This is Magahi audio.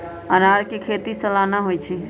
अनारकें खेति सलाना होइ छइ